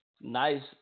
nice